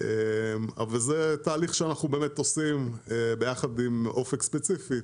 זה תהליך שאנחנו עושים עם אופק ספציפי,